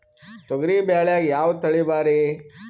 ತೊಗರಿ ಬ್ಯಾಳ್ಯಾಗ ಯಾವ ತಳಿ ಭಾರಿ?